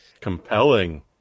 Compelling